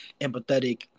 empathetic